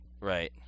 Right